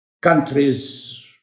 countries